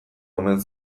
omen